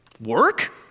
work